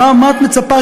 מה את מצפה,